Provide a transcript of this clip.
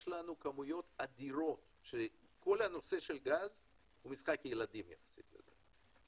יש לנו כמויות אדירות שכל הנושא של גז הוא משחק ילדים יחסית לזה.